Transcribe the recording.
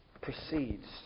proceeds